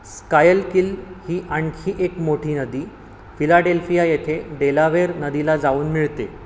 Schuylkill ही आणखी एक मोठी नदी फिलाडेल्फिया येथे डेलावेर नदीला जाऊन मिळते